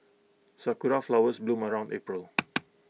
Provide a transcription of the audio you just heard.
Sakura Flowers bloom around April